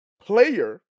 player